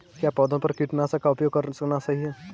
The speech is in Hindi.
क्या पौधों पर कीटनाशक का उपयोग करना सही है?